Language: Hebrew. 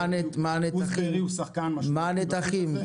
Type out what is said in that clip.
דפוס בארי הוא שחקן משמעותי בשוק הזה.